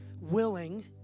willing